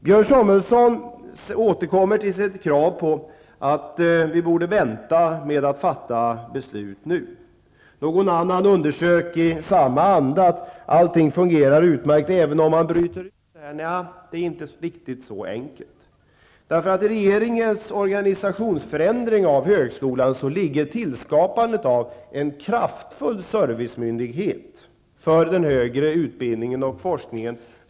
Björn Samuelson återkommer till sitt krav på att vi borde vänta med att fatta beslut. Någon annan menar, i samma anda, att allting fungerar utmärkt även om man bryter ut denna del. Nej, det är inte riktigt så enkelt. I regeringens organisationsförändring av högskolan ligger tillskapandet av en kraftfull servicemyndighet för den högre utbildningen och forskningen.